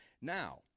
Now